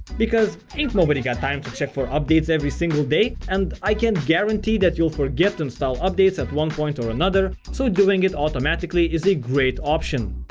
because, ain't nobody got time to check for updates every single day. and i can guarantee that you'll forget to install updates at one point or another. so, doing it automatically is a great option.